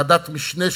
ועדת משנה,